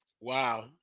Wow